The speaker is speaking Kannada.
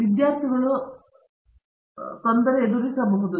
ವಿದ್ಯಾರ್ಥಿಗಳು ಎದುರಿಸುತ್ತಾರೆ